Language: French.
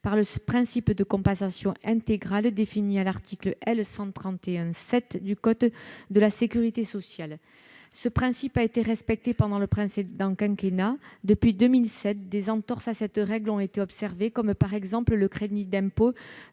par le principe de « compensation intégrale », défini à l'article L. 131-7 du code de la sécurité sociale. Ce principe a été respecté pendant le précédent quinquennat, mais, depuis 2017, des entorses à cette règle ont été observées, comme le crédit d'impôt